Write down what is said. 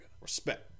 Respect